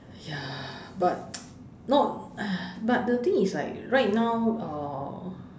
ya but not but the thing is like right now uh